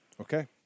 Okay